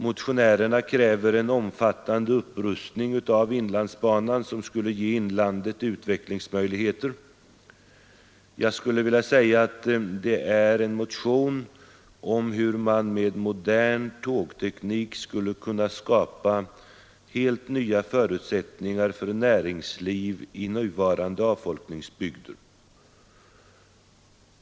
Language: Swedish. Motionärerna kräver en omfattande upprustning av inlandsbanan som skulle ge inlandet utvecklingsmöjligheter. Det är en motion som handlar om hur man med modern tågteknik skulle kunna skapa helt nya förutsättningar för näringslivet i nuvarande avfolkningsbygder.